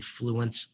influence